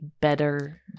better